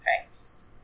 Christ